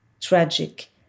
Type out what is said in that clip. tragic